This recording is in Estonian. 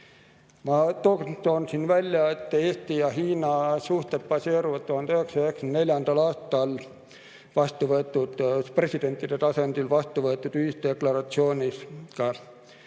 Ma toon siin välja, et Eesti ja Hiina suhted baseeruvad 1994. aastal presidentide tasandil vastu võetud ühisdeklaratsioonil. Ja